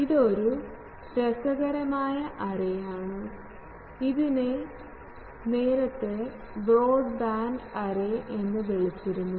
ഇതൊരു രസകരമായ എറേയാണ് ഇതിനെ നേരത്ത് ബ്രോഡ്ബാൻഡ് എറേ എന്ന് വിളിച്ചിരുന്നു